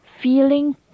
feeling